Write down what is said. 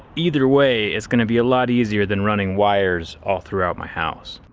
either way, it's going to be a lot easier than running wires all throughout my house.